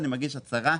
אני אגיש הצהרה,